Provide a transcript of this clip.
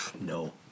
No